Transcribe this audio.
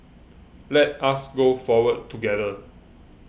let us go forward together